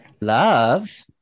love